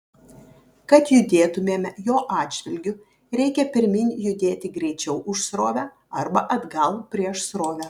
kad judėtumėme jo atžvilgiu reikia pirmyn judėti greičiau už srovę arba atgal prieš srovę